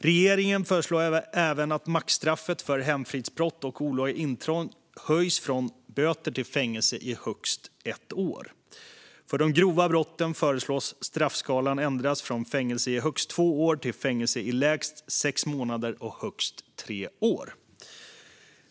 Regeringen föreslår även att maxstraffet för hemfridsbrott och olaga intrång höjs från böter till fängelse i högst ett år. För de grova brotten föreslås straffskalan ändras från fängelse i högst två år till fängelse i lägst sex månader och högst tre år.